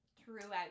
throughout